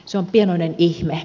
se on pienoinen ihme